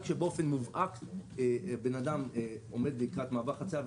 רק כשבאופן מובהק אדם עומד לקראת מעבר חציה,